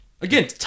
again